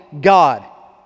God